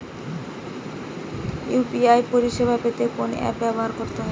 UPI পরিসেবা পেতে কোন অ্যাপ ব্যবহার করতে হবে?